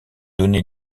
donner